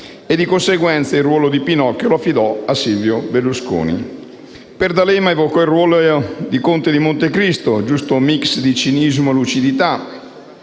E di conseguenza il ruolo di Pinocchio lo affidò a Silvio Berlusconi. Per D'Alema evocò il ruolo del Conte di Montecristo: «giusto *mix* di cinismo e lucidità».